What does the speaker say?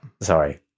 sorry